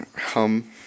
Hum